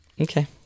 Okay